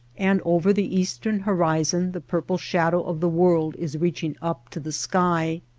and over the eastern horizon the purple shadow of the world is reaching up to the sky.